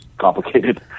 complicated